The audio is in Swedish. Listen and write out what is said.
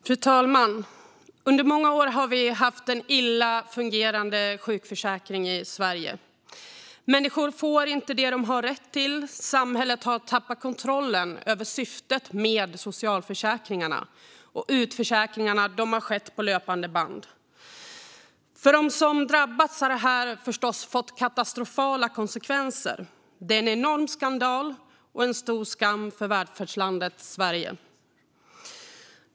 Fru talman! Under många år har vi haft en illa fungerande sjukförsäkring i Sverige. Människor får inte det de har rätt till. Samhället har tappat kontrollen över syftet med socialförsäkringarna, och utförsäkringarna har skett på löpande band. För dem som drabbats har det här förstås fått katastrofala konsekvenser. Det är en enorm skandal och en stor skam för välfärdslandet Sverige.